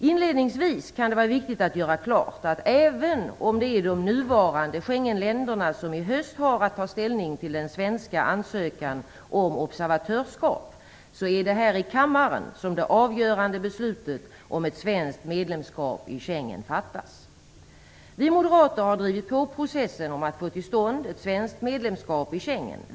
Inledningsvis kan det vara viktigt att göra klart, att även om det är de nuvarande Schengenländerna som i höst har att ta ställning till den svenska ansökan om observatörsskap, så är det här i kammaren som det avgörande beslutet om ett svenskt medlemskap i Vi moderater har drivit på processen om att få till stånd ett svenskt medlemskap i Schengen.